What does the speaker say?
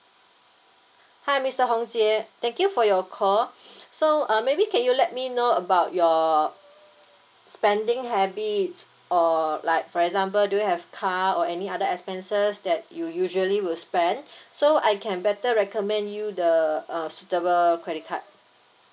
hi mister hong jie thank you for your call so uh maybe can you let me know about your spending habits or like for example do you have car or any other expenses that you usually will spend so I can better recommend you the uh suitable credit card